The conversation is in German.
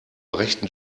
rechten